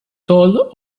told